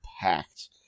packed